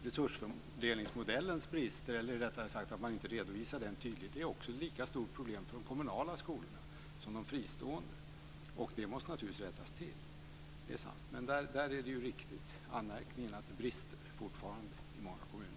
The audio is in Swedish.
Att man inte redovisar resursfördelningsmodellen på ett tydligt sätt är ett lika stort problem för de kommunala som för de fristående skolorna, och det måste naturligtvis rättas till, det är sant. Det är riktigt att det brister fortfarande i många kommuner.